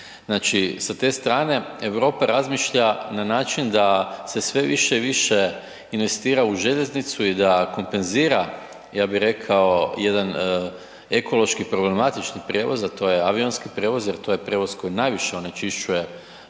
Znači sa te strane Europa razmišlja na način da se sve više i više investira u željeznicu i da kompenzira ja bih rekao jedan ekološki problematični prijevoz, a to avionski prijevoz jer to je prijevoz koji najviše onečišćuje ja